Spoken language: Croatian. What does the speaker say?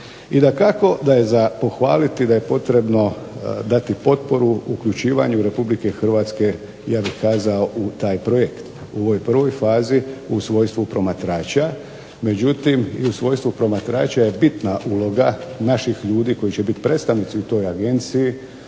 I dakako da je za pohvaliti da je potrebno dati potporu uključivanju Republike Hrvatske ja bih kazao u taj projekt u ovoj prvoj fazi u svojstvu promatrača. Međutim, i u svojstvu promatrača je bitna uloga naših ljudi koji će biti predstavnici u toj agenciji